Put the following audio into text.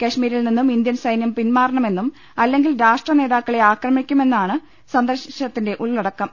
കാശ്മീരിൽ നിന്നും ഇന്ത്യൻ സൈനൃം പിന്മാറണമെന്നും അല്ലെങ്കിൽ രാഷ്ട്ര നേതാക്കളെ ആക്രമിക്കുമെന്നുമാണ് സന്ദേശത്തിന്റെ ഉള്ളടക്കം